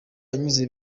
yanyuze